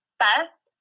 best